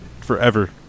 forever